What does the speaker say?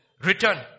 return